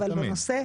לא תמיד.